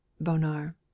Bonar